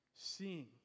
seeing